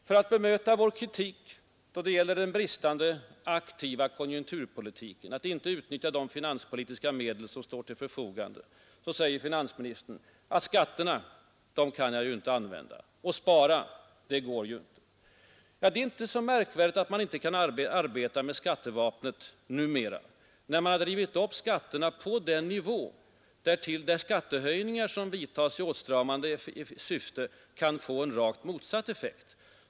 För att bemöta vår kritik av den bristande aktiviteten i konjunkturpolitiken och av underlåtenheten att utnyttja de finanspolitiska medel som står till förfogande säger finansministern att han ju inte kan använda skatterna och att det ju inte är möjligt att spara. Ja, det är inte så märkvärdigt att man numera inte kan arbeta med skattevapnet när man drivit upp skatterna på en nivå, där skattehöjningar i åtstramande syfte kan få en rakt motsatt effekt.